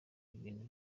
ibintu